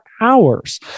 hours